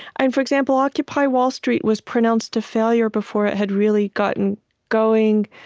and for example, occupy wall street was pronounced a failure before it had really gotten going.